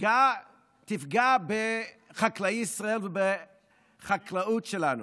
תפגע בחקלאי ישראל ובחקלאות שלנו.